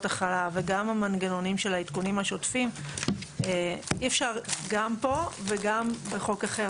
החלה וגם המנגנונים של העדכונים השוטפים - אי אפשר גם פה וגם בחוק אחר.